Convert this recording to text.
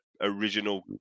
original